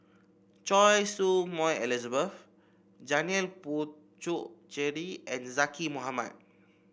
Choy Su Moi Elizabeth Janil Puthucheary and Zaqy Mohamad